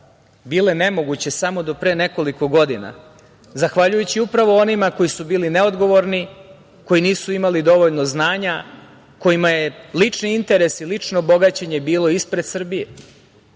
bile nemoguće samo do pre nekoliko godina, zahvaljujući upravo onima koji su bili neodgovorni, koji nisu imali dovoljno znanja, kojima je lični interes i lično bogaćenje bilo ispred Srbije. Ali,